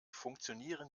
funktionieren